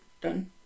done